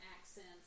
accents